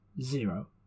Zero